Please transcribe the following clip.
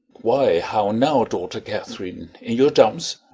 why, how now, daughter katherine, in your dumps?